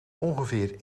ongeveer